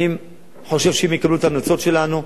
אני חושב שהם יקבלו את ההמלצות שלנו.